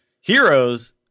Heroes